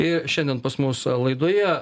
ir šiandien pas mus laidoje